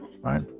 right